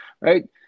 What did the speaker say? right